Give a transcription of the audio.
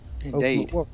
indeed